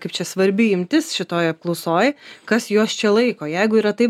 kaip čia svarbi imtis šitoj apklausoj kas juos čia laiko jeigu yra taip blogai ar ne